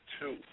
two